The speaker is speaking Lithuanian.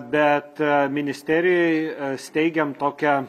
bet ministerijoj steigiam tokią